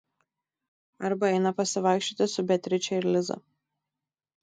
arba eina pasivaikščioti su beatriče ir liza